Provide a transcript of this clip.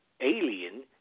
alien